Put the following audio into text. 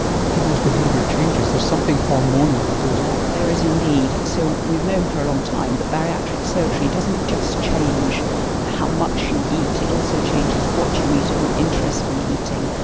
people's behaviour changes, there is something hormonal that goes on. there is indeed. so we've known for a long time that bariatric surgery doesn't just change how much you eat, it also changes what you eat and your interest in eating.